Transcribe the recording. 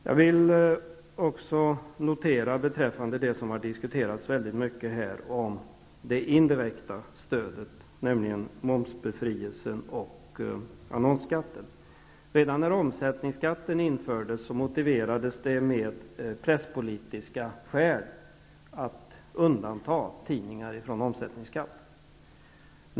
Jag vill också notera några saker beträffande det indirekta stödet, som har diskuterats väldigt mycket här, nämligen momsbefrielsen och annonsskatten. Redan när omsättningsskatten infördes motiverades det med presspolitiska skäl att tidningar skulle undantas från omsättningsskatten.